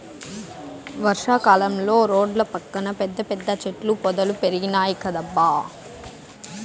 వర్షా కాలంలో రోడ్ల పక్కన పెద్ద పెద్ద చెట్ల పొదలు పెరిగినాయ్ కదబ్బా